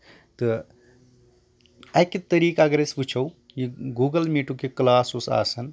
تہٕ اَکہِ طٔریٖقہٕ اَگر أسۍ وُچھو یہِ گوٚگل میٖٹُک یہِ کٕلاس اوس آسان